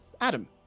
Adam